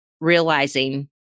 realizing